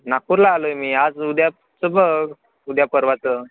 नागपूरला आलो आहे मी आज उद्याचं बघ उद्या परवाचं